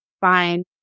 fine